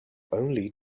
only